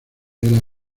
era